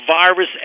virus